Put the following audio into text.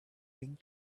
ring